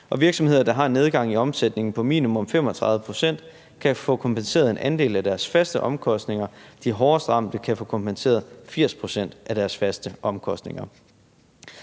virksomheder, der har en nedgang i omsætningen på minimum 35 pct., kan få kompenseret en andel af deres faste omkostninger. De hårdest ramte kan få kompenseret 80 pct. af deres faste omkostninger.